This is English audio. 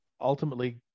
ultimately